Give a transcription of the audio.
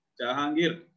Jahangir